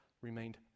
remained